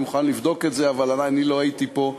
אני מוכן לבדוק את זה אבל אני לא הייתי פה,